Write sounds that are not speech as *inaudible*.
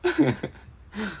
*laughs*